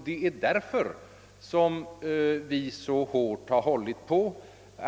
Därför har vi hållit så hårt på att praktiken —